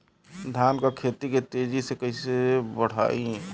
धान क खेती के तेजी से कइसे बढ़ाई?